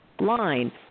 line